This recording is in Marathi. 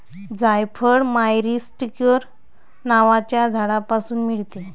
जायफळ मायरीस्टीकर नावाच्या झाडापासून मिळते